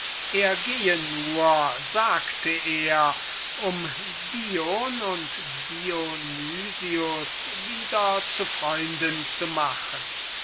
er gehe sagte er nur dion und dionys wieder zu freunden zu machen